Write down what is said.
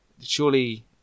Surely